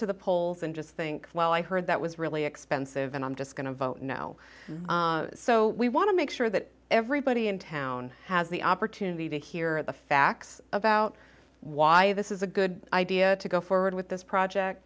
to the polls and just think well i heard that was really expensive and i'm just going to vote now so we want to make sure that everybody in town has the opportunity to hear the facts about why this is a good idea to go forward with this project